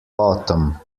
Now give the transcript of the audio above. autumn